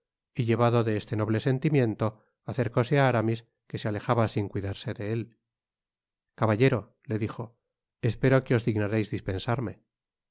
y llevado de este noble sentimiento acercóse á ara mis que se alejaba sin cuidarse de él caballero te dijo espero que os dignareis dispensarme me